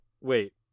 wait